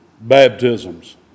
baptisms